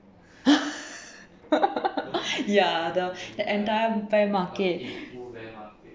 ya the the entire bear market